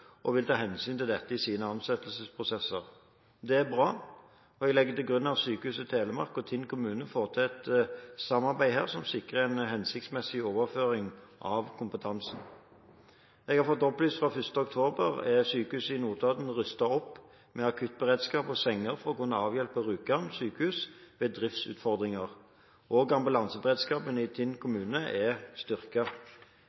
og vil ta hensyn til dette i sine ansettelsesprosesser. Det er bra, og jeg legger til grunn at Sykehuset Telemark og Tinn kommune får til et samarbeid her som sikrer en hensiktsmessig overføring av kompetansen. Jeg har fått opplyst at fra 1. oktober er Notodden sykehus rustet opp med akuttberedskap og senger for å kunne avhjelpe Rjukan sykehus ved driftsutfordringer, og ambulanseberedskapen i Tinn